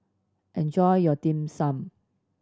enjoy your Dim Sum